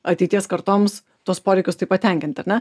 ateities kartoms tuos poreikius taip pat tenkinti ar ne